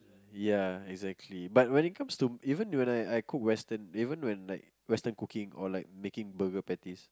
ya exactly but when it comes to even when I I cook western even when like western cooking or like making burger patties